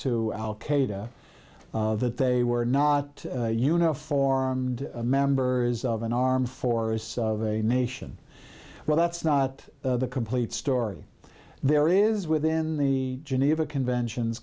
to al qaeda that they were not uniformed members of an armed force of a nation well that's not the complete story there is within the geneva convention